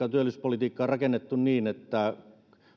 ja työllisyyspolitiikka on rakennettu niin että